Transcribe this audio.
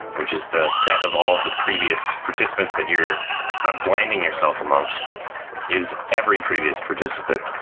which is the set of all of the previous participants that you're ah blinding yourself amongst is every previous participant,